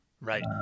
Right